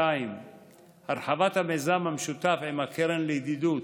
2. הרחבת המיזם המשותף עם הקרן לידידות,